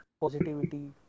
positivity